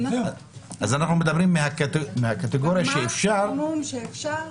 ב-90% מהמקרים הם מעדיפים לא לבוא,